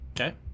Okay